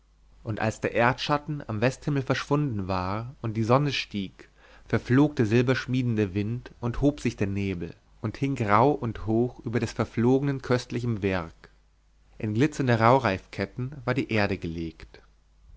und als der erdschatten am westhimmel verschwunden war und die sonne stieg verflog der silberschmiedende wind und hob sich der nebel und hing grau und hoch über des verflogenen köstlichem werk in glitzernde rauhreifketten war die erde gelegt